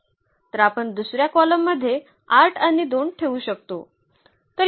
तर आपण दुसर्या कॉलममध्ये 8 आणि 2 ठेवू शकतो